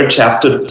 Chapter